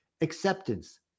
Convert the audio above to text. acceptance